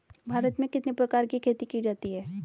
भारत में कितने प्रकार की खेती की जाती हैं?